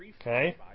Okay